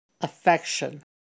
affection